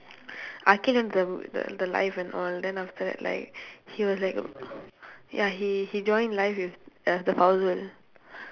akhil entered the the live and all then after that like he was like ya he he join live with uh the girl